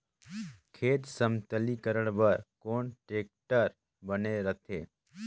खेत समतलीकरण बर कौन टेक्टर बने रथे?